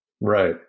Right